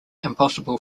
impossible